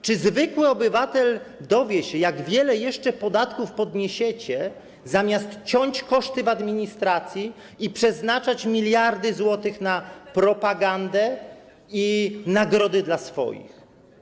Czy zwykły obywatel dowie się, jak wiele jeszcze podatków podniesiecie, zamiast ciąć koszty w administracji i przeznaczać miliardy złotych na propagandę i nagrody dla swoich?